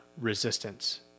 resistance